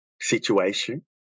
situation